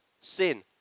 sin